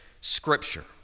Scripture